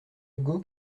hugo